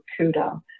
CUDA